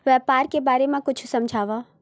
व्यापार के बारे म कुछु समझाव?